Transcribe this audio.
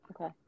Okay